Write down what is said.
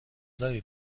دارید